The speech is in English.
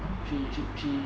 she she she